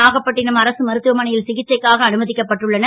நாகப்பட்டினம் அரசு மருத்துவமனை ல் சிகிக்சைக்காக அனும க்கப்பட்டுள்ளனர்